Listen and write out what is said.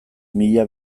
mila